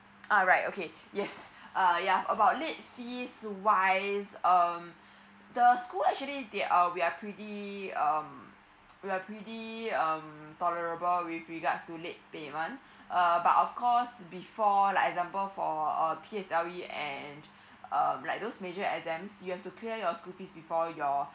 ah right okay yes uh ya about late fee wise um the school actually they uh we are pretty um we are pretty um tolerable with regards to late payment uh but of course before like example P_S_L_E and um like those major exams you have to clear your school fee before your